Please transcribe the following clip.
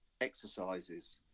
exercises